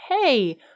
hey